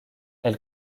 elle